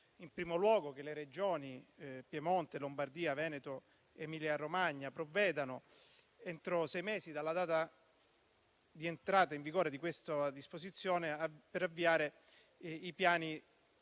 in primo luogo, che le Regioni Piemonte, Lombardia, Veneto ed Emilia-Romagna provvedano, entro sei mesi dalla data di entrata in vigore di questa disposizione, ad avviare i piani